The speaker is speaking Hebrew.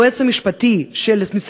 בשידור של "קול ישראל",